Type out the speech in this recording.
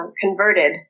converted